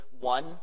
one